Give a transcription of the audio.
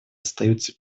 остаются